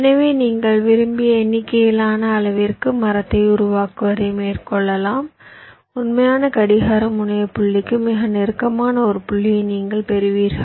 எனவே நீங்கள் விரும்பிய எண்ணிக்கையிலான அளவிற்கு மரத்தை உருவாக்குவதை மேற்கொள்ளலாம் உண்மையான கடிகார முனைய புள்ளிக்கு மிக நெருக்கமான ஒரு புள்ளியை நீங்கள் பெறுவீர்கள்